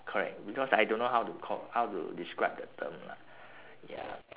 correct because I don't know how to com~ how to describe the term lah ya